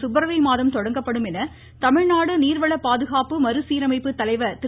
பிப்ரவரிமாதம் தொடங்கப்படும் என தமிழ்நாடு நீர்வள பாதுகாப்பு மறுசீரமைப்பு தலைவர் திரு